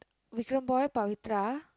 Vikram boy Pavithra